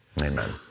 Amen